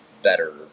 Better